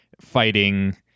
fighting